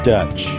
Dutch